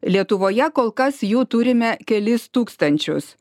lietuvoje kol kas jų turime kelis tūkstančius